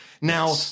now